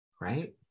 Right